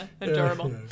Adorable